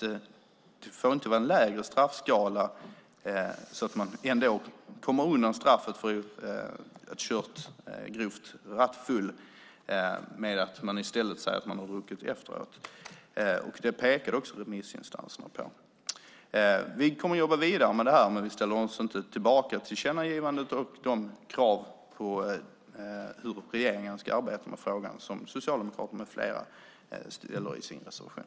Straffskalan får inte vara lägre så att man kommer undan straffet för grov rattfylla med att säga att man har druckit efteråt. Detta pekade också remissinstanserna på. Vi kommer att jobba vidare med frågan, men vi ställer oss inte bakom tillkännagivandet och de krav på hur regeringen ska arbeta med frågan som Socialdemokraterna med flera ställer i sin reservation.